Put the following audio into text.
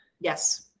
Yes